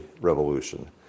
revolution